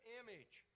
image